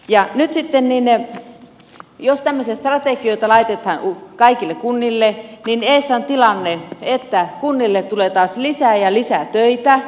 nyt sitten jos tämmöisiä strategioita laitetaan kaikille kunnille edessä on tilanne että kunnille tulee taas lisää ja lisää töitä